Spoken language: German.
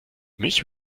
mich